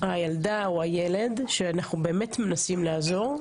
הילדה או הילד שאנחנו באמת מנסים לעזור,